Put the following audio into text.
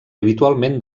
habitualment